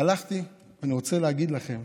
הלכתי, ואני רוצה להגיד לכם,